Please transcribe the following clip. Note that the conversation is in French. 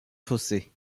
fossé